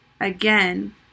again